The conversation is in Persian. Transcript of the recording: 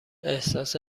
احساس